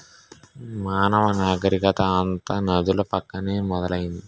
మానవ నాగరికత అంతా నదుల పక్కనే మొదలైంది